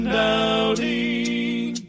doubting